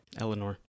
Eleanor